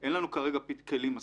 אין לנו כרגע כלים מספיק.